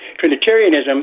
Trinitarianism